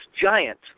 giant